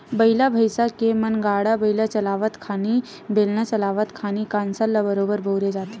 बइला भइसा के म गाड़ा बइला चलावत खानी, बेलन चलावत खानी कांसरा ल बरोबर बउरे जाथे